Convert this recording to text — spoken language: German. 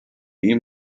ihm